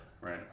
right